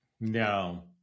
No